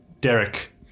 Derek